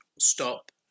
stop